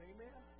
Amen